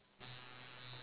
sorry sorry